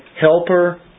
helper